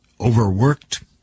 overworked